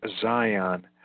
Zion